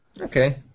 Okay